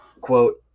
quote